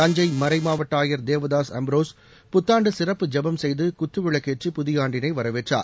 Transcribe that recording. தஞ்சை மறைமாவட்ட ஆயர் தேவதாஸ் அம்ப்ரோஸ் புத்தாண்டு சிறப்பு ஜெபம் செய்து குத்துவிளக்கேற்றி புதிய ஆண்டினை வரவேற்றார்